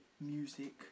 Music